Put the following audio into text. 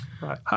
Right